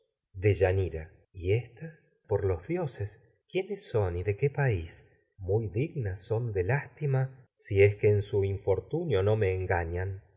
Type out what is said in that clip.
tus deyanira y ojos éstas por los dioses quiénes son y de qué país muy infortunio lica truir no dignas son de lástima si engañan son es que en su me